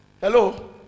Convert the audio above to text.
Hello